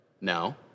No